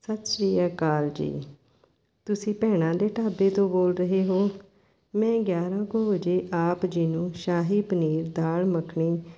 ਸਤਿ ਸ਼੍ਰੀ ਅਕਾਲ ਜੀ ਤੁਸੀਂ ਭੈਣਾਂ ਦੇ ਢਾਬੇ ਤੋਂ ਬੋਲ ਰਹੇ ਹੋ ਮੈਂ ਗਿਆਰ੍ਹਾਂ ਕੁ ਵਜੇ ਆਪ ਜੀ ਨੂੰ ਸ਼ਾਹੀ ਪਨੀਰ ਦਾਲ ਮੱਖਣੀ